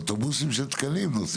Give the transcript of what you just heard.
יש אוטובוסים של תקנים.